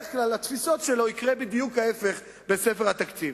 בדרך כלל בתפיסות שלו יקרה בדיוק ההיפך בספר התקציב.